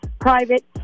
private